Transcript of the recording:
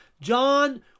John